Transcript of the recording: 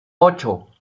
ocho